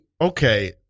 Okay